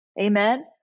Amen